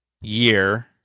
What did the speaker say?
year